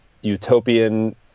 utopian